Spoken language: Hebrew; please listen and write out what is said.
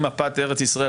עם מפת ארץ ישראל,